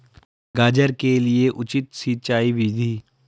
गाजर के लिए उचित सिंचाई विधि?